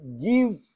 give